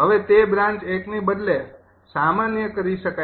હવે તે બ્રાન્ચ ૧ ની બદલે સામાન્ય કરી શકાય છે